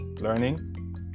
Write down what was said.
Learning